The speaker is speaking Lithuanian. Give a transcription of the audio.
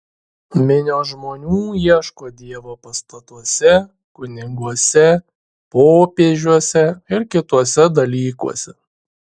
minios žmonių ieško dievo pastatuose kuniguose popiežiuose ir kituose dalykuose